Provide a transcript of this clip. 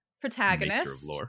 protagonist